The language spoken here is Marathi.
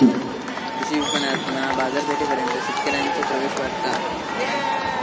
कृषी विपणणातना बाजारपेठेपर्यंत शेतकऱ्यांचो प्रवेश वाढता